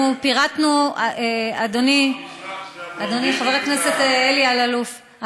אדוני חבר הכנסת אלי אלאלוף,